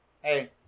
Hey